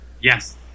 Yes